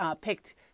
picked